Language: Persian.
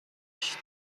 گشت